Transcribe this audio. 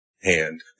hand